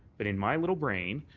but in my little brain,